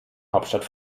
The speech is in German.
hauptstadt